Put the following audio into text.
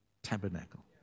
Tabernacle